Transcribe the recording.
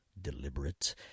deliberate